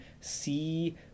see